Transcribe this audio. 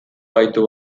gaitu